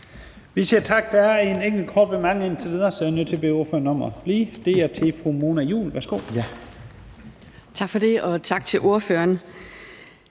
Vi siger tak. Der er en enkelt kort bemærkning indtil videre, så jeg er nødt til at bede ordføreren om at blive på talerstolen. Det er fra fru Mona Juul. Værsgo. Kl. 15:23 Mona Juul (KF): Tak for det, og tak til ordføreren.